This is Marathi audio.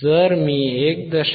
जर मी 1